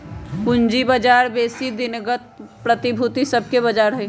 पूजी बजार बेशी दिनगत प्रतिभूति सभके बजार हइ